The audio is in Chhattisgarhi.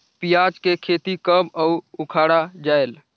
पियाज के खेती कब अउ उखाड़ा जायेल?